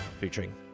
featuring